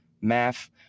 Math